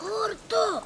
kur tu